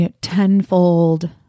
tenfold